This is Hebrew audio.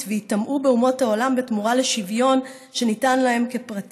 וייטמעו באומות העולם בתמורה לשוויון שניתן להם כפרטים.